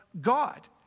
God